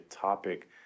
topic